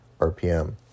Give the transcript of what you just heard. RPM